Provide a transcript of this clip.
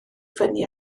fyny